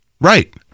right